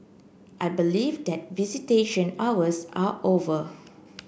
I believe that visitation hours are over